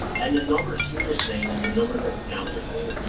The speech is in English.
and the number she is saying and the numbers that the county are saying are